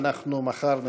לשם הכנתה